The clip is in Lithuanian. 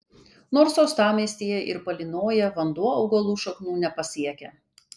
nors uostamiestyje ir palynoja vanduo augalų šaknų nepasiekia